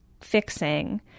fixing